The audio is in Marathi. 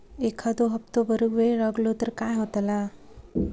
एखादो हप्तो भरुक वेळ लागलो तर काय होतला?